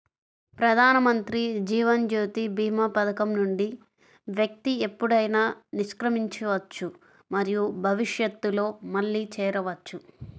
ప్రధానమంత్రి జీవన్ జ్యోతి భీమా పథకం నుండి వ్యక్తి ఎప్పుడైనా నిష్క్రమించవచ్చు మరియు భవిష్యత్తులో మళ్లీ చేరవచ్చు